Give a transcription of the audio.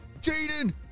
Jaden